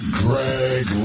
greg